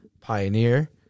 Pioneer